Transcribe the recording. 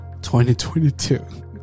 2022